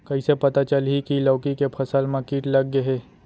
कइसे पता चलही की लौकी के फसल मा किट लग गे हे?